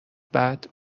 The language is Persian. بعد